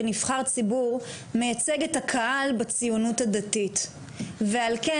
כנבחר ציבור מייצג את הקהל בציונות הדתית ועל כן,